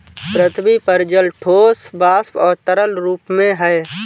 पृथ्वी पर जल ठोस, वाष्प और तरल रूप में है